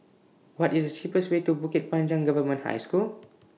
What IS The cheapest Way to Bukit Panjang Government High School